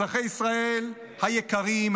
אזרחי ישראל היקרים,